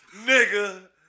nigga